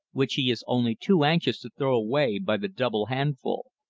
which he is only too anxious to throw away by the double handful.